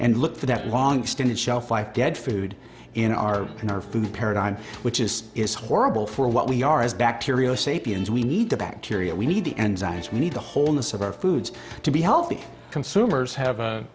and look for that long extended shelf life get food in our can our food paradigm which is is horrible for what we are as bacterial sapiens we need the bacteria we need the enzymes we need the wholeness of our foods to be healthy consumers have a